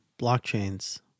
blockchains